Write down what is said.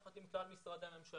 יחד עם כלל משרדי הממשלה.